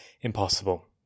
impossible